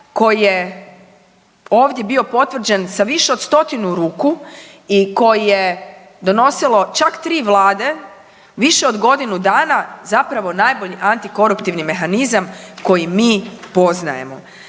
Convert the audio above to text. koji je ovdje bio potvrđen sa više od 100-tinu ruku i koji je donosilo čak 3 vlade više od godinu zapravo najbolji antikoruptivni mehanizam koji mi poznajemo.